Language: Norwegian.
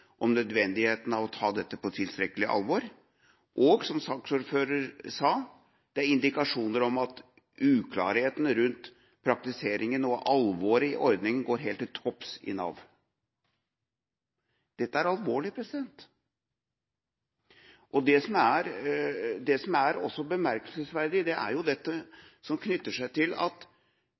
om nødvendigheten av å ta dette på tilstrekkelig alvor, og – som saksordføreren sa – at det er indikasjoner om at uklarhetene rundt praktiseringen og alvoret i ordningen går helt til topps i Nav. Dette er alvorlig. Det som også er bemerkelsesverdig, er jo dette som knytter seg til at